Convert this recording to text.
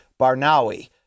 Barnawi